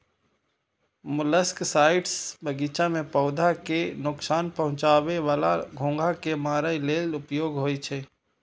molluscicides बगीचा मे पौधा कें नोकसान पहुंचाबै बला घोंघा कें मारै लेल उपयोग होइ छै